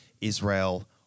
Israel